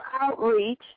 outreach